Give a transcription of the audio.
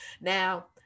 now